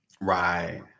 Right